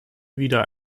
wieder